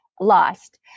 lost